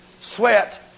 sweat